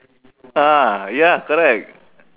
ah ya correct